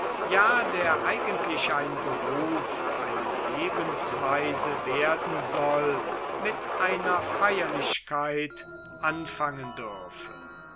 ja der eigentlich ein beruf eine lebensweise werden soll mit einer feierlichkeit anfangen dürfe